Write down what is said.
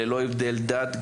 ללא הבדל דת,